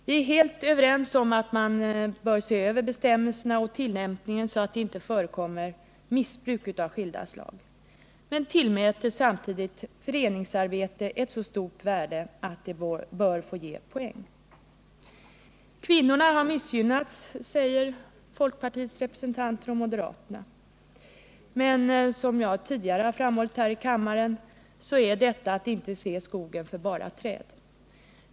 Vi är helt överens om att man bör se över bestämmelserna och tillämpningen, så att det inte förekommer missbruk av skilda slag, men vi tillmäter samtidigt föreningsarbete ett så stort värde att det bör få ge poäng. Kvinnorna har missgynnats, säger folkpartiets representanter och moderaterna. Men som jag tidigare har framhållit här i kammaren är detta att inte se skogen för bara träd.